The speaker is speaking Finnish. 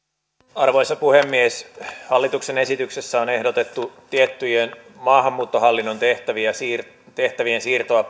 arvoisa puhemies hallituksen esityksessä on ehdotettu tiettyjen maahanmuuttohallinnon tehtävien siirtoa